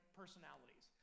personalities